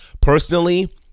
Personally